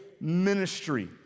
ministry